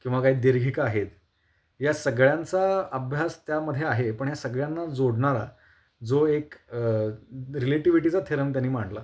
किंवा काही दीर्घिका आहेत या सगळ्यांचा अभ्यास त्यामध्ये आहे पण ह्या सगळ्यांना जोडणारा जो एक रिलेटिविटीचा थेरम त्यानी मांडला